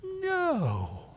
No